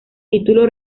título